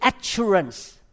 assurance